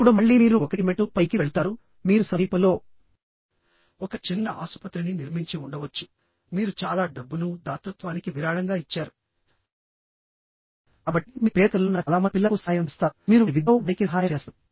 ఇప్పుడు మళ్లీ మీరు 1 మెట్టు పైకి వెళ్తారు మీరు సమీపంలో ఒక చిన్న ఆసుపత్రిని నిర్మించి ఉండవచ్చు మీరు చాలా డబ్బును దాతృత్వానికి విరాళంగా ఇచ్చారు కాబట్టి మీరు పేదరికంలో ఉన్న చాలా మంది పిల్లలకు సహాయం చేస్తారు మీరు వారి విద్యలో వారికి సహాయం చేస్తారు